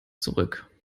zurück